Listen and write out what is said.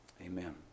Amen